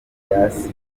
byasinye